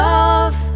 Love